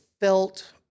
felt